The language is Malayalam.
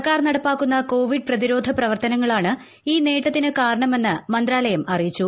സർക്കാർ നടപ്പാക്കുന്ന കോവിഡ് പ്രതിരോധ പ്രവർത്തനങ്ങളാണ് ഈ നേട്ടത്തിന് കാരണമെന്ന് മന്ത്രാലയം അറിയിച്ചു